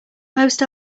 most